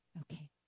Okay